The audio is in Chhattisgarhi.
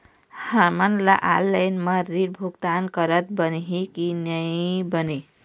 हमन ला ऑनलाइन म ऋण भुगतान करत बनही की नई बने?